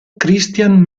christian